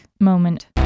Moment